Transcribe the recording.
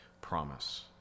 promise